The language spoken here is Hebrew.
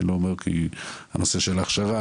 אני לא אומר כי הנושא של הכשרה,